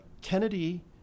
Kennedy